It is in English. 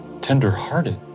tender-hearted